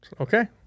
Okay